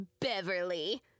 Beverly